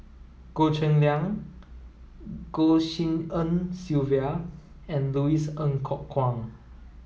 Goh Cheng Liang Goh Tshin En Sylvia and Louis Ng Kok Kwang